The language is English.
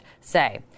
say